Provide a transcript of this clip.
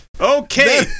Okay